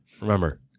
Remember